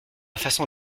façon